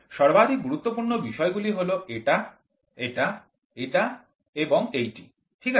সর্বাধিক গুরুত্বপূর্ণ বিষয় গুলি হল এটা এটা এটা এবং এইটি ঠিক আছে